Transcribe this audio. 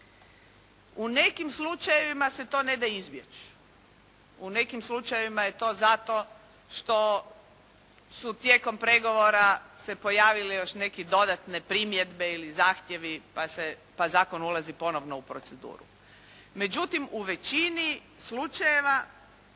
U nekim slučajevima se to ne da izbjeći. U nekim slučajevima je to zato što su tijekom pregovora se pojavile još neke dodatne primjedbe ili zahtjevi pa zakon ulazi ponovno u proceduru. Međutim, u većini slučajeva